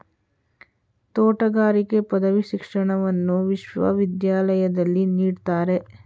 ತೋಟಗಾರಿಕೆ ಪದವಿ ಶಿಕ್ಷಣವನ್ನು ವಿಶ್ವವಿದ್ಯಾಲಯದಲ್ಲಿ ನೀಡ್ತಾರೆ